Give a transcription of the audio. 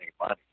money